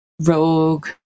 rogue